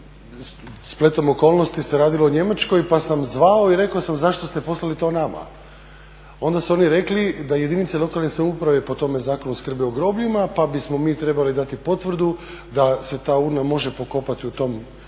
spletom okolnosti se radilo o Njemačkoj pa sam zvao i rekao sam zašto ste poslali to nama. Onda su oni rekli da jedinice lokalne samouprave po tome zakonu skrbe o grobljima pa bismo mi trebali dati potvrdu da se ta urna može pokopati u tom grobu